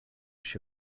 się